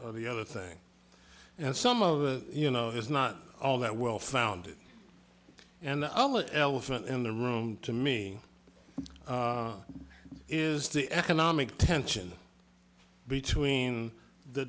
or the other thing and some of you know it's not all that well founded and all it elephant in the room to me is the economic tension between the